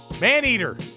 Maneater